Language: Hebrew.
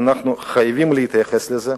ואנחנו חייבים להתייחס לזה,